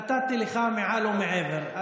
נתתי לך מעל ומעבר,